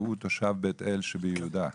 והוא תושב בית-אל שביהודה.